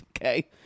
Okay